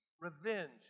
revenge